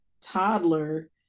toddler